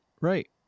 right